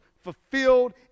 fulfilled